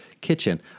kitchen